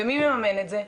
ומי מממן את זה?